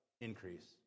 increase